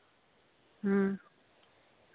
ᱦᱮᱸ